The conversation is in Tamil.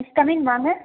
எஸ் கம்மின் வாங்க